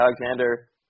Alexander